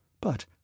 But